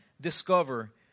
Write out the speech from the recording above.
discover